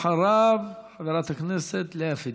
ואחריו, חברת הכנסת לאה פדידה.